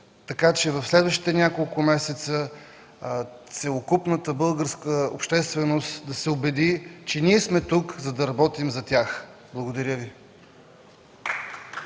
така че в следващите няколко месеца целокупната българската общественост да се убеди, че ние сме тук, за да работим за тях. Благодаря Ви.